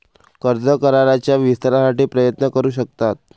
कर्ज कराराच्या विस्तारासाठी प्रयत्न करू शकतात